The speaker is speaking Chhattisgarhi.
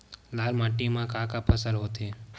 लाल माटी म का का फसल होथे?